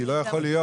כי לא יכול להיות